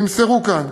שנמסרו כאן.